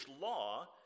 law